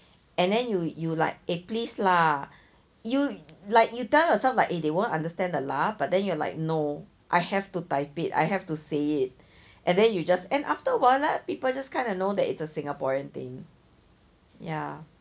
and then you you like eh please lah you like you tell yourself like eh they won't understand the lah but then you're like no I have to type it I have to say it and then you just and after a while that people just kind of know that it's a singaporean thing ya